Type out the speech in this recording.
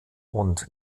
und